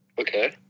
Okay